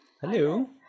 Hello